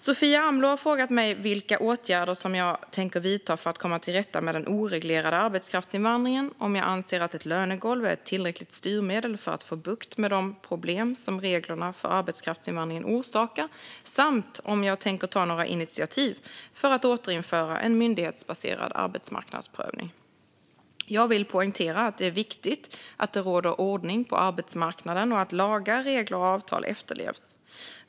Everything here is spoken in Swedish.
Sofia Amloh har frågat mig vilka åtgärder som jag tänker vidta för att komma till rätta med den oreglerade arbetskraftsinvandringen, om jag anser att ett lönegolv är ett tillräckligt styrmedel för att få bukt med de problem som reglerna för arbetskraftsinvandringen orsakar samt om jag tänker ta några initiativ för att återinföra en myndighetsbaserad arbetsmarknadsprövning. Jag vill poängtera att det är viktigt att det råder ordning på arbetsmarknaden och att lagar, regler och avtal efterlevs.